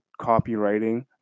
copywriting